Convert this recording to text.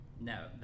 No